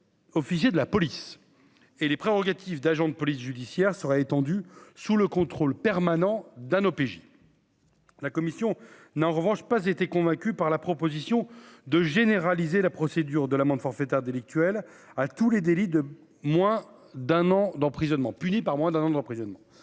Officier de la police et les prérogatives d'agent de police judiciaire sera étendu sous le contrôle permanent d'un OPJ. La commission n'a en revanche pas été convaincu par la proposition de généraliser la procédure de l'amende forfaitaire délictuelle, à tous les délits de moins d'un an d'emprisonnement puni par mois d'un an d'emprisonnement,